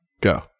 Go